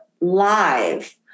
live